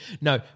No